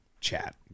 Chat